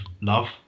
love